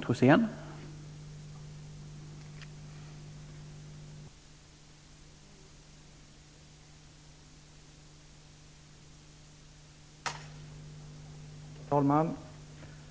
reservation 3.